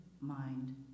mind